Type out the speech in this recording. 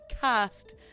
cast